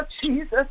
Jesus